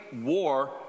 war